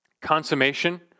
Consummation